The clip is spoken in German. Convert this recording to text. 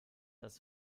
das